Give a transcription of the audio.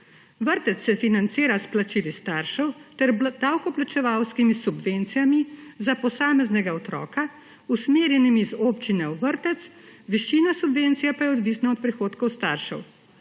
Vrtec se financira s plačili staršev ter davkoplačevalskimi subvencijami za posameznega otroka, usmerjenimi iz občine v vrtec, višina subvencije pa je odvisna od prihodkov staršev.